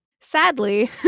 Sadly